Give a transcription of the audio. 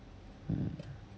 uh